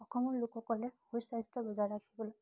অসমৰ লোকসকলে সুস্বাস্থ্য বজাই ৰাখিবলৈ